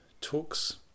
talks